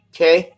Okay